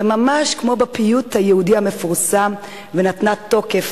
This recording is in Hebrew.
וממש כמו בפיוט היהודי המפורסם "ונתנה תוקף"